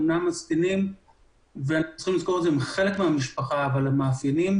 הזקנים הם אמנם חלק מהמשפחה אבל המאפיינים